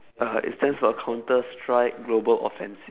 uh it stands for counter strike global offensive